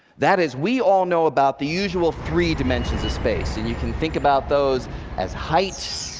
that is, we all know about the usual three dimensions of space. and you can think about those as height,